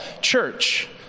church